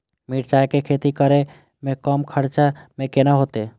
मिरचाय के खेती करे में कम खर्चा में केना होते?